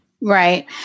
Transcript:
Right